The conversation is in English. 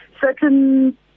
Certain